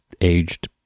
aged